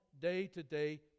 day-to-day